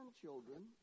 children